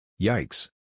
Yikes